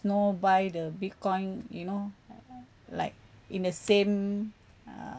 you know buy the bitcoin you know like in the same ah